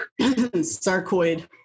Sarcoid